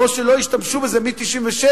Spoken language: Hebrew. כמו שלא השתמשו בזה מ-1996,